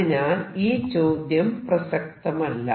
അതിനാൽ ഈ ചോദ്യം പ്രസക്തമല്ല